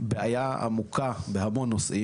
בעיה עמוקה בהמון נושאים,